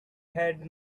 had